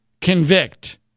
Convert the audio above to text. convict